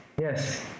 Yes